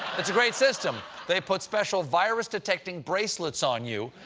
it's a great system. they put special virus-detecting bracelets on you,